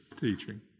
teaching